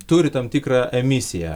turi tam tikrą emisiją